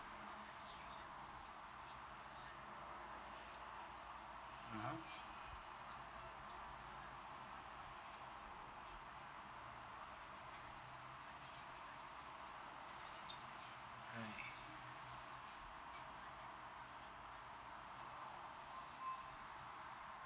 (uh huh) right